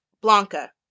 Blanca